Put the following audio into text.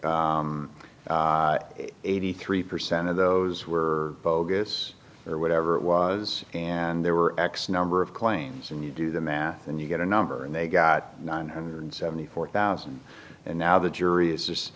eighty three percent of those were bogus or whatever it was and there were x number of claims and you do the math and you get a number and they got nine hundred seventy four thousand and now the jury is